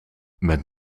met